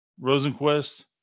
Rosenquist